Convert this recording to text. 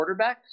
quarterbacks